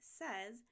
says